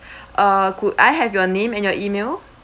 uh could I have your name and your email